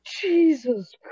Jesus